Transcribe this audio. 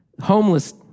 Homeless